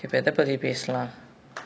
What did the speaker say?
இப்ப எத பத்தி பேசலாம்:ippa etha pathi pesalaam